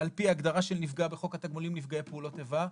על פי הגדרה של נפגע בחוק התגמולים נפגעי פעולות איבה,